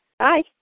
Hi